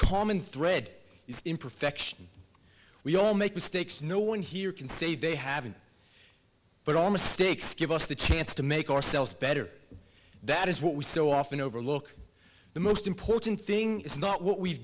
common thread is imperfection we all make mistakes no one here can say they haven't but all mistakes give us the chance to make ourselves better that is what we so often overlook the most important thing is not what we've